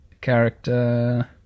character